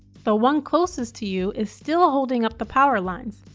the one closest to you is still holding up the power lines,